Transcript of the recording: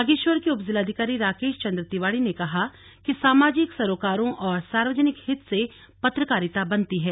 बागेश्वर के उपजिलाधिकारी राकेश चंद्र तिवारी ने कहा कि सामाजिक सरोकरों और सार्यजनिक हित से पत्रकारिता बनती है